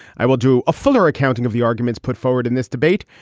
i will do a fuller accounting of the arguments put forward in this debate.